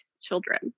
children